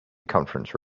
conference